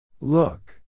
Look